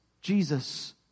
Jesus